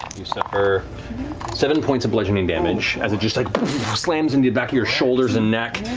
you suffer seven points of bludgeoning damage, as it just like slams into the back of your shoulders and neck,